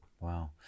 Wow